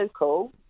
local